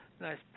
Nice